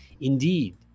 Indeed